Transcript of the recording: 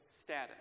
Status